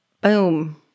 Boom